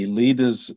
leaders